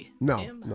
no